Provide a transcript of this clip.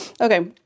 Okay